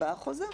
הצבעה חוזרת